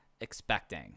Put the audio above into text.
expecting